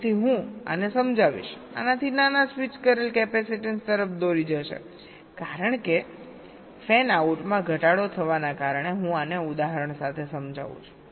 તેથી હું આને સમજાવીશ આનાથી નાના સ્વિચ કરેલ કેપેસીટન્સ તરફ દોરી જશે કારણ કે ફેન આઉટમાં ઘટાડો થવાને કારણે હું આને ઉદાહરણ સાથે સમજાવું છું